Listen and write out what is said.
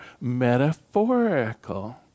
metaphorical